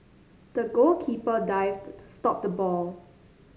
the goalkeeper dived to stop the ball